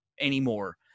anymore